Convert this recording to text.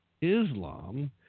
Islam